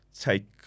Take